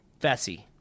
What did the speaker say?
Fessy